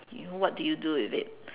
you what do you do with it